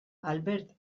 albert